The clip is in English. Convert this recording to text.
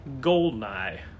Goldeneye